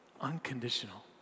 Unconditional